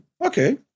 Okay